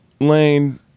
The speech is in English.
lane